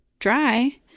dry